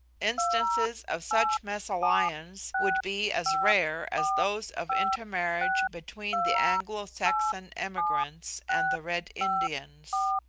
instances of such mesalliance would be as rare as those of intermarriage between the anglo-saxon emigrants and the red indians.